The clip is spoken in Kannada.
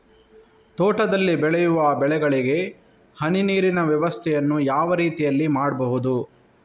ತೋಟದಲ್ಲಿ ಬೆಳೆಯುವ ಬೆಳೆಗಳಿಗೆ ಹನಿ ನೀರಿನ ವ್ಯವಸ್ಥೆಯನ್ನು ಯಾವ ರೀತಿಯಲ್ಲಿ ಮಾಡ್ಬಹುದು?